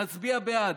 נצביע בעד.